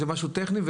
זה משהו טכני.